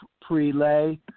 pre-lay